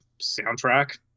soundtrack